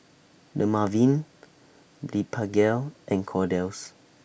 Dermaveen Blephagel and Kordel's